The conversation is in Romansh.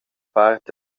part